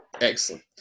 excellent